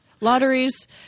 lotteries